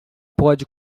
pode